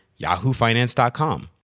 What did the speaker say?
YahooFinance.com